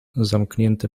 zamknięte